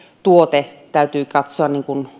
tuote täytyy katsoa